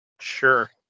sure